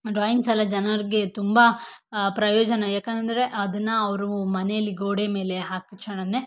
drawings ಎಲ್ಲ ಜನರಿಗೆ ತುಂಬ ಪ್ರಯೋಜನ ಯಾಕಂದರೆ ಅದನ್ನು ಅವರು ಮನೇಲಿ ಗೋಡೆ ಮೇಲೆ ಹಾಕಿದ ಕ್ಷಣನೆ